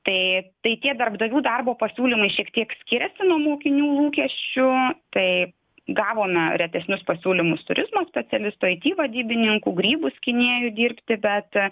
tai tai tie darbdavių darbo pasiūlymai šiek tiek skiriasi nuo mokinių lūkesčių tai gavome retesnius pasiūlymus turizmo specialistų it vadybininkų grybų skynėjų dirbti bet